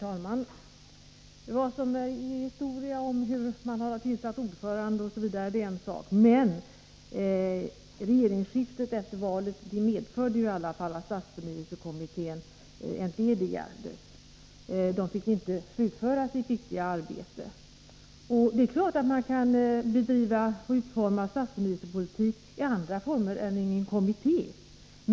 Herr talman! Vad som är historia om hur man tillsatt ordförande osv. är en sak. Men regeringsskiftet efter valet medförde i alla fall att stadsförnyelsekommittén entledigades. Kommittén fick inte slutföra sitt viktiga arbete. Det är klart att man kan bedriva stadsförnyelse på annat sätt än inom en kommitté.